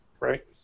Right